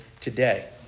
today